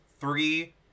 Three